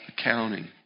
accounting